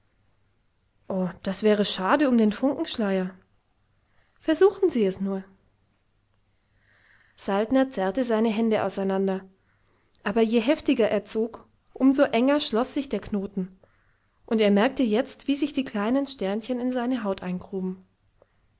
das wäre schade um den funkenschleier versuchen sie es nur saltner zerrte seine hände auseinander aber je heftiger er zog um so enger schloß sich der knoten und er merkte jetzt wie sich die kleinen sternchen in seine haut eingruben